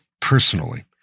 personally